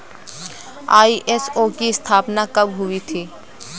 ISO की स्थापना कब हुई थी?